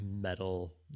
metal